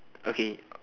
okay